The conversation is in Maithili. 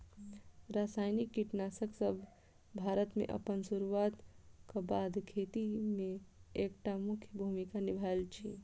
रासायनिक कीटनासकसब भारत मे अप्पन सुरुआत क बाद सँ खेती मे एक टा मुख्य भूमिका निभायल अछि